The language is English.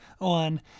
on